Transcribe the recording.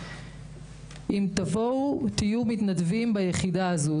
אם תהיו מתנדבים ביחידה הזו,